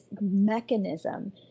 mechanism